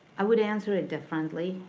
i would answer it differently,